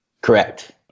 Correct